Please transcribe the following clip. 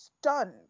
stunned